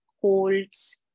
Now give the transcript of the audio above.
holds